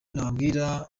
nababwira